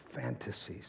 fantasies